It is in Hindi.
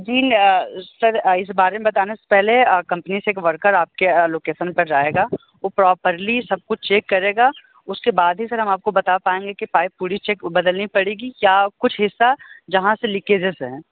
जी सर इस बारे में बताने से पहले कंपनी से एक वर्कर आपके लोकेशन पर जाएगा वह प्रॉपर्ली सब कुछ चेक करेगा उसके बाद ही सर हम आपको बता पाएंगे कि पाइप पूरी चेक बदलनी पड़ेगी या कुछ हिस्सा जहाँ से लीकेजेस हैं